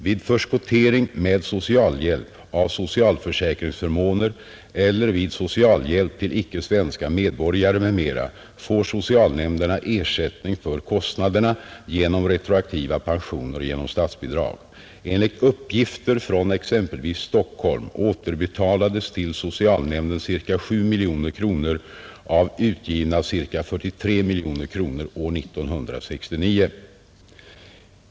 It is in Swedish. Vid förskottering med socialhjälp av socialförsäkringsförmåner eller vid socialhjälp till icke svenska medborgare m.m. får socialnämnderna ersättning för kostnaderna genom retroaktiva pensioner och genom statsbidrag. Enligt uppgifter från exempelvis Stockholm återbetalades till socialnämnden ca 7 miljoner kronor av utgivna ca 43 miljoner kronor år 1969.